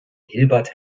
hilbert